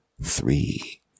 three